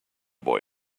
boy